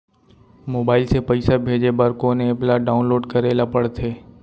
Mobile से पइसा भेजे बर कोन एप ल डाऊनलोड करे ला पड़थे?